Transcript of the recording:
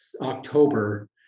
October